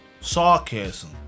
Sarcasm